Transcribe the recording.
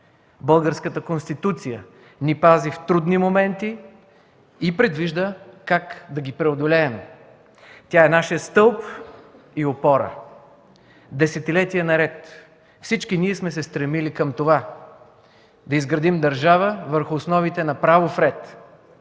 Българската Конституция ни пази в трудни моменти и предвижда как да ги преодолеем. Тя е нашият стълб и опора. Десетилетия наред всички ние сме се стремили към това – да изградим държава върху основите на правов ред,